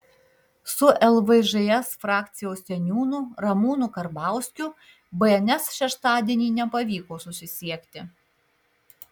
su lvžs frakcijos seniūnu ramūnu karbauskiu bns šeštadienį nepavyko susisiekti